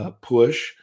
push